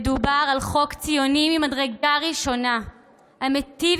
מדובר על חוק ציוני ממדרגה ראשונה המיטיב